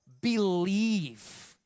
believe